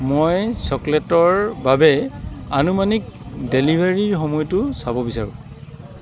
মই চকলেটৰ বাবে আনুমানিক ডেলিভাৰীৰ সময়টো চাব বিচাৰোঁ